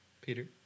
Peter